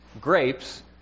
grapes